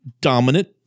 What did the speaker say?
dominant